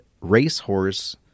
racehorse